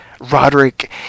Roderick